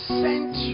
sent